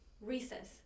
Recess